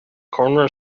corner